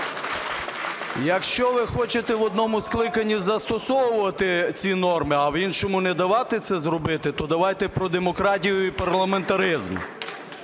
Якщо ви хочете в одному скликанні застосовувати ці норми, а в іншому не давати це зробити, то давайте про демократію і парламентаризм.